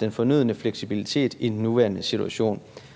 den fornødne fleksibilitet over for kunderne i den nuværende situation.